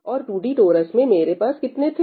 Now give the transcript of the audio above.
और 2D torus में मेरे पास कितने थे